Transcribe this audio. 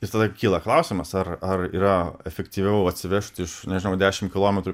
ir tada kyla klausimas ar ar yra efektyviau atsivežt iš nežinau dešimt kilometrų